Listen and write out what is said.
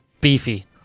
beefy